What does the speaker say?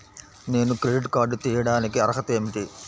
నేను credit card తీయడానికి అర్హత ఏమిటి?